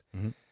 -hmm